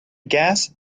gas